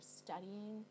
studying